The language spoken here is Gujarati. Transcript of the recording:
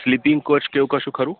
સ્લીપિંગ કોચ કે એવું કશું ખરું